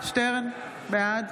בעד